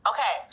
Okay